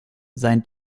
sein